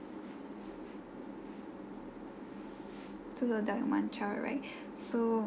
two adults and one child right so